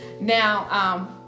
now